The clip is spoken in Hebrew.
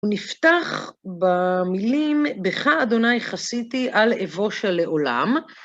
הוא נפתח במילים, "בך אדוני חסיתי אל אבושה לעולם".